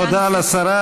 תודה לשרה.